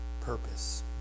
purpose